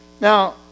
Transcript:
Now